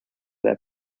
their